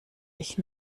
ich